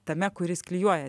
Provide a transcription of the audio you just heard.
tame kuris klijuoja